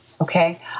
okay